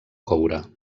coure